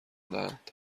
دهند